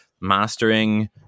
mastering